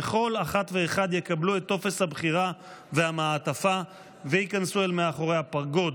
וכל אחת ואחד יקבלו את טופס הבחירה והמעטפה וייכנסו אל מאחורי הפרגוד.